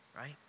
Right